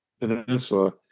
peninsula